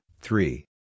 three